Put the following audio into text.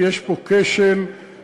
כי יש פה כשל רציני,